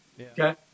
Okay